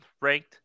ranked